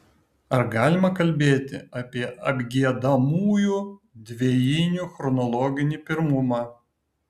ar galima kalbėti apie apgiedamųjų dvejinių chronologinį pirmumą